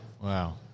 Wow